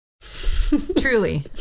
Truly